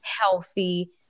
healthy